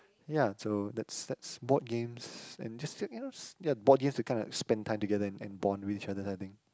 ya so that's that's board games and just that you knows ya board games is kind of like spent time together and bond with each other I think